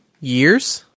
years